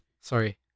Sorry